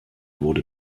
wurde